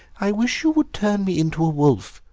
i wish you would turn me into a wolf,